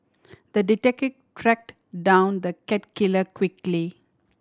the detective track down the cat killer quickly